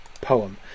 poem